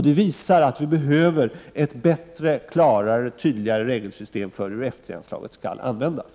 Det visar att vi behöver ett bättre och klarare regelsystem för hur F 3-anslaget skall användas.